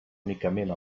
únicament